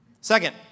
Second